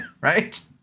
right